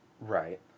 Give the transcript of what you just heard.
Right